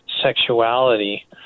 sexuality